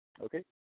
okay